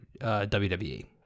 WWE